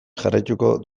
jarraitu